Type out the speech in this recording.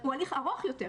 שהם זוחלים על גחונם וכו',